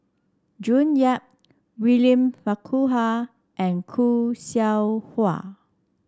June Yap William Farquhar and Khoo Seow Hwa